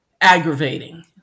aggravating